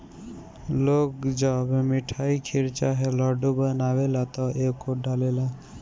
लोग जब मिठाई, खीर चाहे लड्डू बनावेला त एके डालेला